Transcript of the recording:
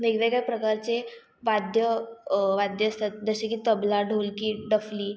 वेगवेगळ्या प्रकारचे वाद्य वाद्य असतात जसे की तबला ढोलकी डफली